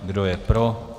Kdo je pro?